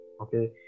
okay